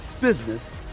business